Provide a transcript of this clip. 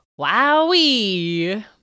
wowee